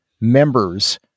members